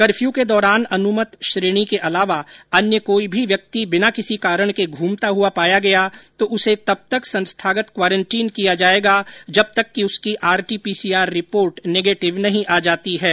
curfew को दौरान अनुमत श्रेणी के अलावा अन्य कोई भी व्यक्ति बिना किसी कारण के घूमता हुआ पाया गया तो उसे तब तक संस्थागत क्वारेंटीन किया जाएगा जब तक कि उसकी आरटीपीसीआर रिपोर्ट नेगेटिव नहीं आ जाती है